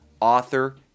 author